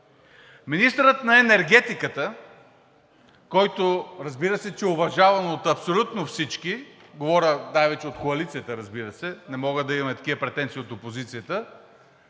Министърът на енергетиката, който, разбира се, е уважаван от абсолютно всички, говоря най-вече от коалицията, разбира се, не може да имаме такива претенции от опозицията,